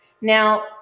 Now